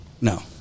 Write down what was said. no